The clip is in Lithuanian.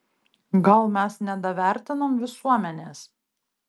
gal mes nedavertinam visuomenės